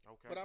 Okay